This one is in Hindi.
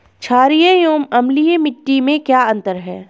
छारीय एवं अम्लीय मिट्टी में क्या अंतर है?